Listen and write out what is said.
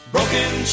Broken